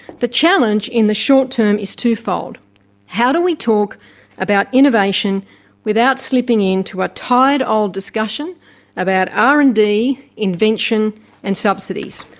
the challenge in the short term is twofold how do we talk about innovation without slipping into a tired old discussion about r and d, invention and subsidies.